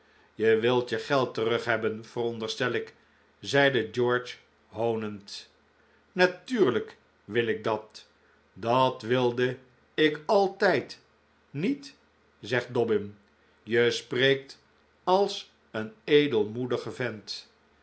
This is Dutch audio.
je wil je geld terug hebben veronderstel ik zeide george hoonend natuurlijk wil ik dat dat wilde ik altijd niet zegt dobbin je spreekt als een edelmoedige vent